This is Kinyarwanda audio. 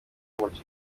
umuca